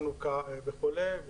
חנוכה וכולי.